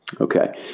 Okay